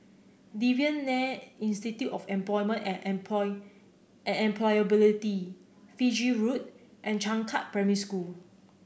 Devan Nair Institute of Employment and Employ Employability Fiji Road and Changkat Primary School